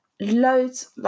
loads